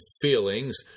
Feelings